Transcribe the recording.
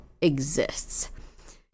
exists